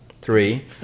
Three